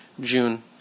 June